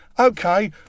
Okay